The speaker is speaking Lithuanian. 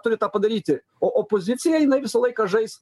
turi tą padaryti o opozicija jinai visą laiką žais